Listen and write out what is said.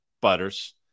butters